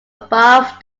above